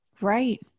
Right